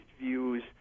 views